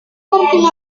comparten